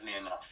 enough